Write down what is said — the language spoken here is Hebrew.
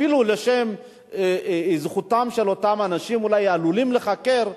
אפילו לשם זכותם של אותם אנשים שאולי עלולים להיחקר,